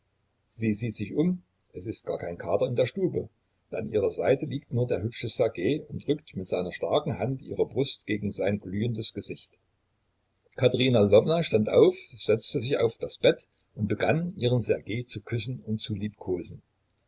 sie sieht sich um es ist gar kein kater in der stube an ihrer seite liegt nur der hübsche ssergej und drückt mit seiner starken hand ihre brust gegen sein glühendes gesicht katerina lwowna stand auf setzte sich auf das bett und begann ihren ssergej zu küssen und zu liebkosen